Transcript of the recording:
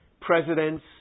presidents